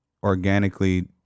organically